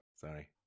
Sorry